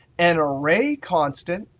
an array constant,